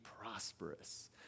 prosperous